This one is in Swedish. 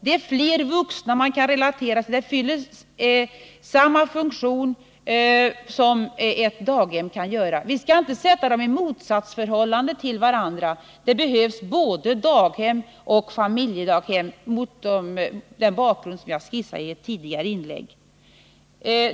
Det är fler vuxna man kan relatera till. Familjedaghemmet kan fylla samma funktion som ett daghem kan göra. Vi skall inte sätta dem i motsats till varandra; det behövs både daghem och familjedaghem mot den bakgrund jag skissade i ett tidigare inlägg.